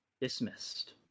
Dismissed